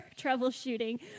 troubleshooting